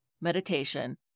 meditation